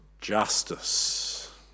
justice